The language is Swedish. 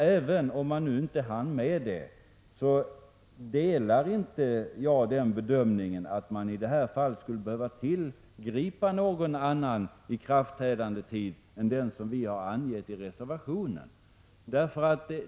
Även om detta inte hanns med, delar jag inte bedömningen att man i detta fall skulle ha behövt tillgripa någon annan ikraftträdandetid än den som vi har angett i reservationen.